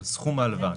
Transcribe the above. על סכום ההלוואה.